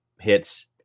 hits